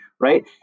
right